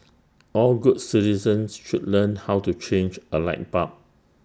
all good citizens should learn how to change A light bulb